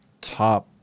top